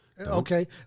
Okay